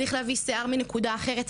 צריך להביא שיער מנקודה אחרת,